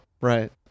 Right